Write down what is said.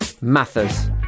Mathers